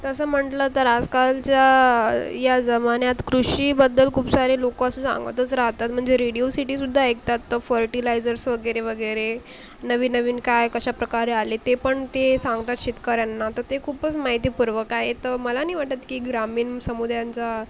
तसं म्हटलं तर आजकालच्या या जमान्यात कृषीबद्दल खूप सारे लोक असं सांगतच राहतात म्हणजे रेडियो सिटीसुद्धा ऐकतात तर फर्टिलायजर्स वगैरे वगैरे नवीन नवीन काय कशा प्रकारे आले ते पण ते सांगतात शेतकऱ्यांना तर ते खूपच माहितीपूर्वक आहे तर मला नाही वाटत की ग्रामीण समुदायांचा